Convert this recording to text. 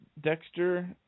Dexter